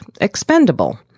expendable